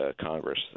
Congress